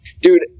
Dude